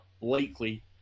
likely